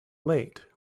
late